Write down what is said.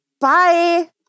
bye